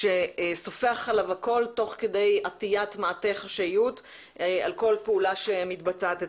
שסופח אליו הכול תוך כדי עטיית מעטה חשאיות על כל פעולה שמתבצעת אצלם.